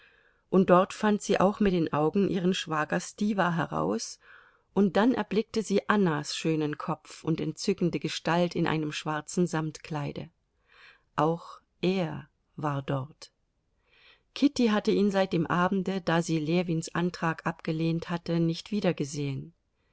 und dort fand sie auch mit den augen ihren schwager stiwa heraus und dann erblickte sie annas schönen kopf und entzückende gestalt in einem schwarzen samtkleide auch er war dort kitty hatte ihn seit dem abende da sie ljewins antrag abgelehnt hatte nicht wiedergesehen